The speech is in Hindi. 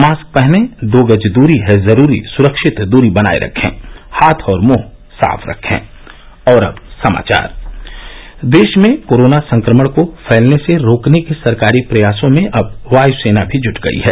मास्क पहनें दो गज दूरी है जरूरी सुरक्षित दूरी बनाये रखें हाथ और मुंह साफ रखे देश में कोरोना संक्रमण को फैलने से रोकने के सरकारी प्रयासों में अब वायुसेना भी जुट गई है